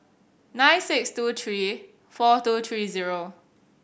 nine six two three four two three zero